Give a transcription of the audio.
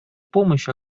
помощь